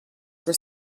for